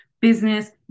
business